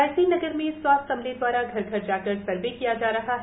रायसप्त नगर में स्वास्थ्य अमलप्रद्वारा घर घर जाकर सर्वे किया जा रहा है